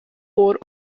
قرآن